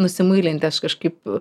nusimuilinti aš kažkaip